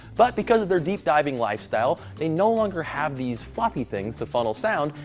but because of their deep-diving lifestyle they no longer have these floppy things to funnel sound,